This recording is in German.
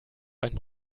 einen